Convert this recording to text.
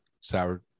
sour